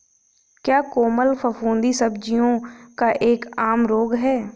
क्या कोमल फफूंदी सब्जियों का एक आम रोग है?